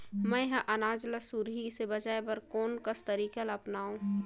मैं ह अनाज ला सुरही से बचाये बर कोन कस तरीका ला अपनाव?